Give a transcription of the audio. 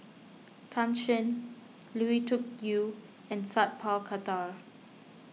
Tan Shen Lui Tuck Yew and Sat Pal Khattar